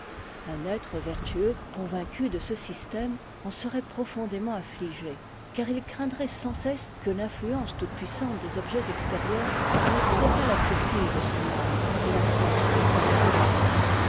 un être vertueux convaincu de ce système en serait profondément affligé car il craindrait sans cesse que l'influence toute-puissante des objets extérieurs n'altérât la pureté de son âme et la force de ses résolutions